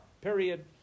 Period